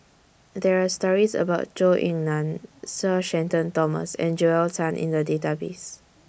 There Are stories about Zhou Ying NAN Sir Shenton Thomas and Joel Tan in The Database